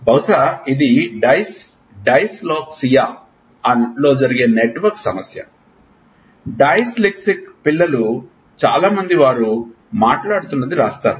బహుశా ఇది డైస్లెక్సియా లో జరిగే నెట్వర్క్ సమస్య డైస్లెక్సిక్ పిల్లలు చాలా మంది వారు మాట్లాడుతున్నది వ్రాస్తారు